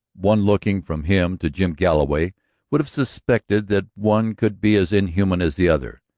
one looking from him to jim galloway would have suspected that one could be as inhuman as the other,